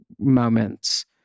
moments